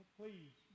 please